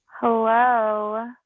Hello